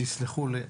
תסלחו לי,